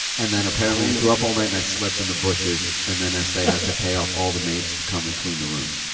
and then apparently i threw up all night, and i slept in the bushes. and then, estee had to pay off all the maids to come and clean the room.